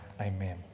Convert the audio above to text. Amen